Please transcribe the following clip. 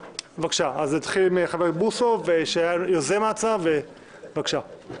נתחיל מחבר הכנסת בוסו, יוזם ההצעה, בבקשה.